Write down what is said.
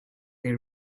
they